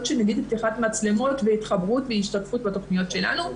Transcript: של פתיחת מצלמות והתחברות והשתתפות בתוכניות שלנו.